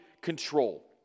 control